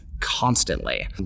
constantly